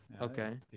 Okay